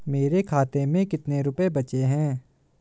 मेरे खाते में कितने रुपये बचे हैं?